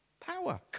Power